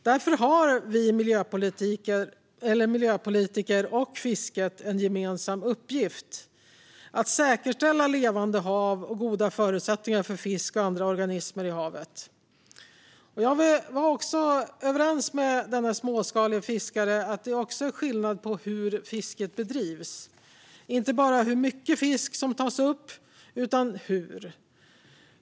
Därför har vi miljöpolitiker och fisket en gemensam uppgift i att säkerställa levande hav och goda förutsättningar för fisk och andra organismer i havet. Jag var också överens med denne småskalige fiskare om att det gör skillnad hur fisket bedrivs. Det handlar inte bara om hur mycket fisk som tas upp utan också om hur.